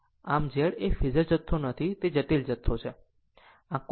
આમ Z એ phasor જથ્થો નથી તે એક જટિલ જથ્થો છે